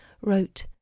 wrote